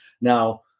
Now